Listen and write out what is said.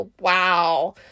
wow